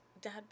dad